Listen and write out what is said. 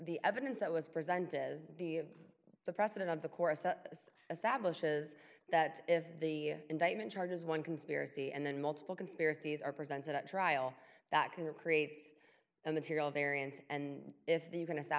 the evidence that was present is the the president of the chorus is a savage is that if the indictment charges one conspiracy and then multiple conspiracies are presented at trial that kind of creates a material variance and if they are going to say i